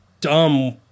dumb